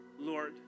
Lord